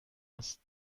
است